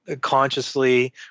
consciously